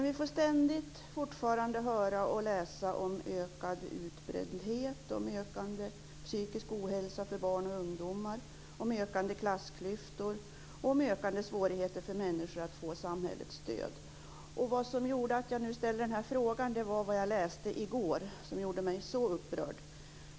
Vi får ständigt läsa och höra om ökad utbrändhet, ökad psykisk ohälsa för barn och ungdomar, ökande klassklyftor och ökande svårigheter för människor att få samhällets stöd. Det som gjorde att jag ställer frågan var vad jag läste i går. Det gjorde mig så upprörd.